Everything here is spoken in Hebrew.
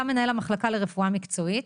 אתה מנהל המחלקה לרפואה מקצועית.